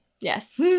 Yes